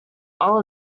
all